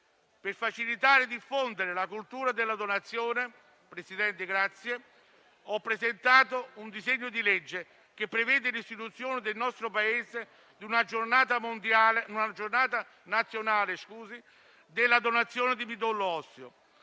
Per facilitare il diffondersi della cultura della donazione, ho presentato un disegno di legge che prevede l'istituzione nel nostro Paese di una giornata nazionale della donazione di midollo osseo,